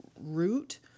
root